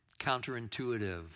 Counterintuitive